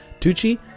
tucci